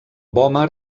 vòmer